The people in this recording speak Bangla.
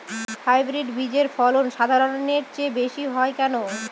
হাইব্রিড বীজের ফলন সাধারণের চেয়ে বেশী হয় কেনো?